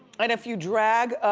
and if you drag